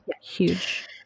huge